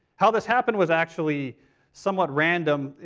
how this happened was actually somewhat random.